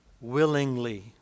willingly